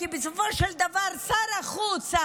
כי בסופו של דבר שר החוץ,